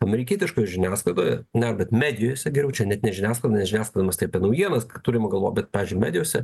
amerikietiškoje žiniasklaidoje na bet medijose geriau čia net ne žiniasklaida nes žiniasklaidos taip naujienos kad turime galvoj bet pavyzdžiui medijose